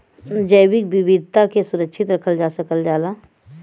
जैविक विविधता के सुरक्षित रखल जा सकल जाला